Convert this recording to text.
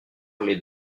les